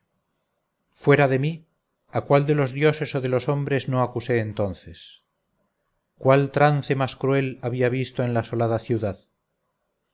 fuera de mí a cuál de los dioses o de los hombres no acusé entonces cuál trance más cruel había visto en la asolada ciudad